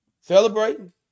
Celebrating